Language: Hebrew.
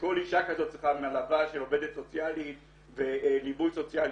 שכל אישה כזאת צריכה מלווה שהיא עובדת סוציאלית וליווי סוציאלי.